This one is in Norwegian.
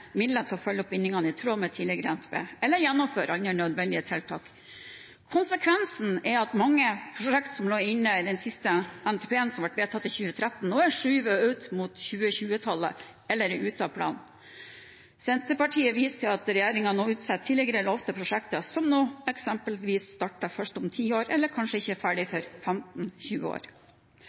midler til å følge opp bindingene i tråd med tidligere NTP eller til å gjennomføre andre nødvendige tiltak. Konsekvensen er at mange prosjekter som lå inne i den siste NTP-en, som ble vedtatt i 2013, nå er skjøvet ut mot slutten av 2020-tallet eller er ute av planen. Senterpartiet viser til at regjeringen nå utsetter tidligere lovte prosjekter, som nå eksempelvis starter først om 10 år, eller kanskje ikke er ferdig før om 15–20 år.